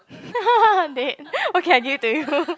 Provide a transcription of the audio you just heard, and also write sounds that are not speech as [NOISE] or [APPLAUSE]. [LAUGHS] date okay I give it to you